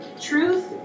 truth